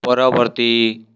ପରବର୍ତ୍ତୀ